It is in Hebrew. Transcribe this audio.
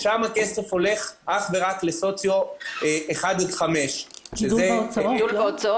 שם הכסף הולך אך ורק לסוציו 1 5. התכוונת "גידול בהוצאות".